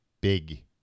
big